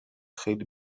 خیلی